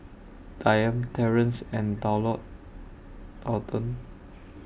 Dayami Terrence and Daulton